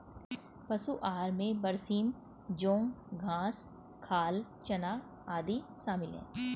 पशु आहार में बरसीम जौं घास खाल चना आदि शामिल है